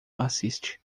assiste